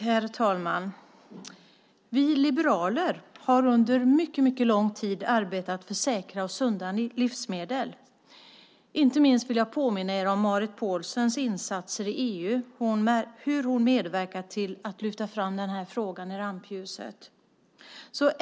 Herr talman! Vi liberaler har under mycket lång tid arbetat för säkra och sunda livsmedel. Inte minst vill jag påminna om Marit Paulsens insatser i EU och hur hon har medverkat till att lyfta fram den här frågan i rampljuset.